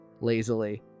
lazily